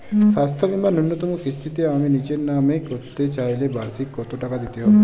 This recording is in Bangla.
স্বাস্থ্য বীমার ন্যুনতম কিস্তিতে আমি নিজের নামে করতে চাইলে বার্ষিক কত টাকা দিতে হবে?